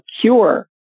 cure